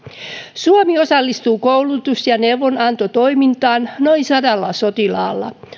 suomi osallistuu koulutus ja neuvonantotoimintaan noin sadalla sotilaalla